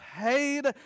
paid